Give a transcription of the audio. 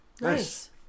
Nice